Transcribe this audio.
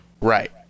Right